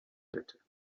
better